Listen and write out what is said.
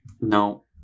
No